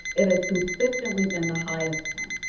it has consistently been the highest one.